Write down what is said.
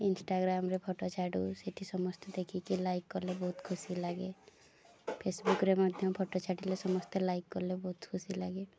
ଇନ୍ଷ୍ଟାଗ୍ରାମ୍ରେ photo ଛାଡ଼ୁ ସେଠି ସମସ୍ତେ ଦେଖିକି ଲାଇକ୍ କଲେ ବହୁତ ଖୁସି ଲାଗେ ଫେସ୍ବୁକ୍ରେ ମଧ୍ୟ ଫୋଟୋ ଛାଡ଼ିଲେ ସମସ୍ତେ ଲାଇକ୍ କଲେ ବହୁତ ଖୁସି ଲାଗେ